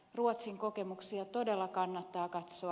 ruotsin kokemuksia todella kannattaa katsoa